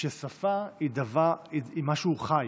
ששפה היא משהו חי,